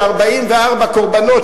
של 44 קורבנות,